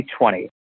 2020